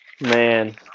man